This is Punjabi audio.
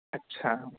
ਅੱਛਾ